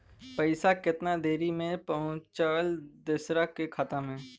पैसा कितना देरी मे पहुंचयला दोसरा के खाता मे?